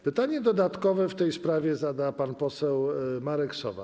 Pytanie dodatkowe w tej sprawie zada pan poseł Marek Sowa.